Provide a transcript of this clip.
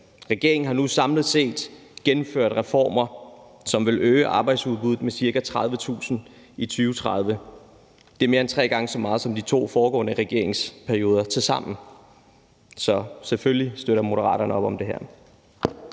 Regeringen har nu samlet set gennemført reformer, som vil øge arbejdsudbuddet med ca. 30.000 i 2030. Det er mere end tre gange så meget som de to foregående regeringsperioder tilsammen. Så selvfølgelig støtter Moderaterne op om det her.